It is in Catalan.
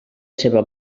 seva